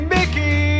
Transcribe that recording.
Mickey